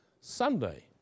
Sunday